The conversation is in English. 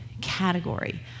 category